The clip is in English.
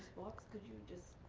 could you just,